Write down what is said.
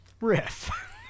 Riff